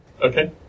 Okay